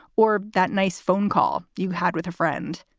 or that nice phone call you had with a friend,